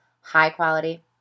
high-quality